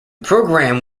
programme